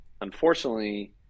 unfortunately